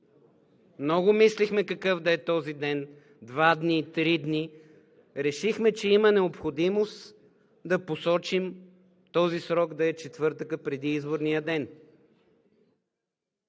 Много мислихме какъв да е този ден – два дни, три дни, решихме, че има необходимост да посочим този срок да е четвъртъкът преди изборния ден.